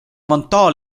vantaa